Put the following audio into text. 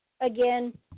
again